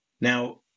Now